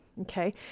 okay